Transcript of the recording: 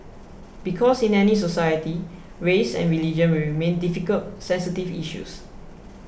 because in any society race and religion will remain difficult sensitive issues